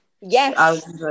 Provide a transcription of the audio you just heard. Yes